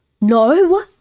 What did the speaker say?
No